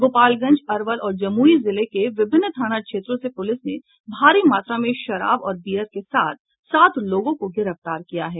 गोपालगंज अरवल और जमुई जिले के विभिन्न थाना क्षेत्रों से पुलिस ने भारी मात्रा में शराब और बीयर के साथ सात लोगों को गिरफ्तार किया है